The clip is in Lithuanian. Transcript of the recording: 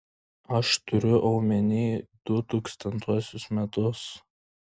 aš turiu omeny du tūkstantuosius metus